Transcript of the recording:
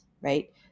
right